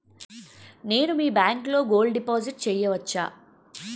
నేను మీ బ్యాంకులో గోల్డ్ డిపాజిట్ చేయవచ్చా?